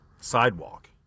sidewalk